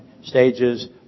stages